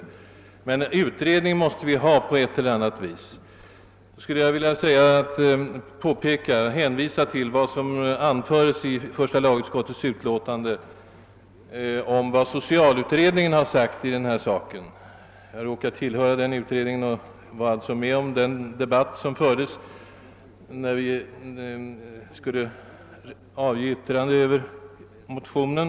En utredning som utgångspunkt måste vi ha på ett eller annat vis. Jag skulle då vilja hänvisa de ivriga i denna fråga till vad som anföres i första lagutskottets utlåtande nr 49 om vad socialutredningen sagt i frågan. Jag råkar tillhöra denna utredning och var alltså med om den debatt som fördes när vi skulle avge yttrande över motionen.